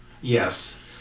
Yes